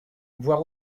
voir